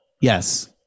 yes